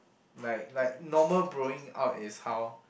like like normal bro-ing out is how